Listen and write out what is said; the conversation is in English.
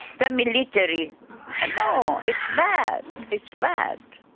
the military ah no, it's bad, it's bad!